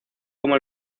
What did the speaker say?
como